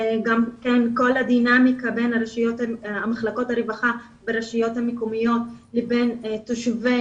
גם כל הדינמיקה בין מחלקות הרווחה ברשויות המקומיות לבין תושבי